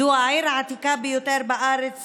זו העיר העתיקה ביותר בארץ